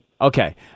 Okay